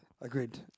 Agreed